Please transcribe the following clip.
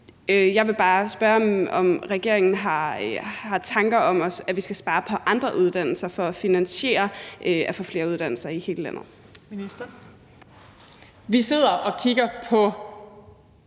Jeg vil bare spørge, om regeringen også har tanker om, at vi skal spare på andre uddannelser for at finansiere det at kunne få flere uddannelser i hele landet. Kl. 20:26 Fjerde